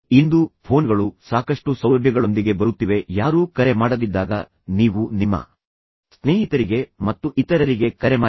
ಇಂದು ಫೋನ್ಗಳು ಸಾಕಷ್ಟು ಸೌಲಭ್ಯಗಳೊಂದಿಗೆ ಬರುತ್ತಿವೆ ಯಾರೂ ಕರೆ ಮಾಡದಿದ್ದಾಗ ನೀವು ನಿಮ್ಮ ಸ್ನೇಹಿತರಿಗೆ ಮತ್ತು ಇತರರಿಗೆ ಕರೆ ಮಾಡಿ